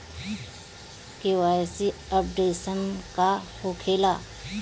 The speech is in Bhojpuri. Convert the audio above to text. के.वाइ.सी अपडेशन का होखेला?